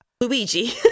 Luigi